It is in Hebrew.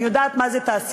אני יודעת מה זה תעשייה.